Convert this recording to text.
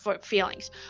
feelings